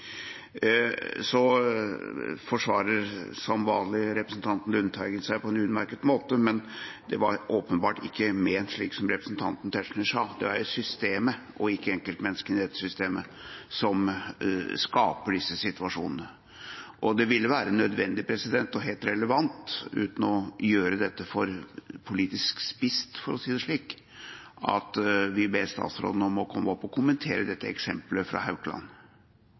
Representanten Lundteigen forsvarer seg som vanlig på en utmerket måte, men det var åpenbart ikke ment slik som representanten Tetzschner sa. Det er systemet – ikke enkeltmenneskene i dette systemet – som skaper disse situasjonene. Det er nødvendig og helt relevant – uten å gjøre dette for spisst, rent politisk, for å si det slik – å be statsråden om å komme opp og kommentere dette eksemplet fra Haukeland.